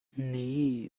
nee